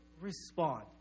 respond